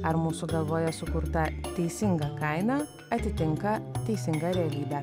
ar mūsų galvoje sukurta teisinga kaina atitinka teisingą realybę